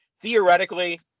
theoretically